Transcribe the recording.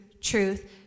truth